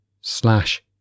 slash